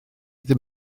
ddim